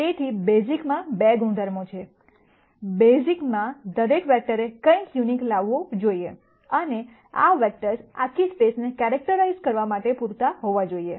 તેથી બેસીસમાં 2 ગુણધર્મો છે બેસીસના દરેક વેક્ટરે કંઈક યુનિક લાવવું જોઈએ અને આ વેક્ટર્સ આખી સ્પેસને કેરક્ટરાઇજ઼ કરવા માટે પૂરતા હોવા જોઈએ